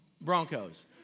Broncos